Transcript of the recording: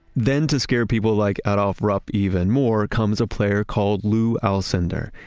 then to scare people like adolph rupp even more comes a player called lew alcindor.